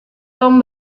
tom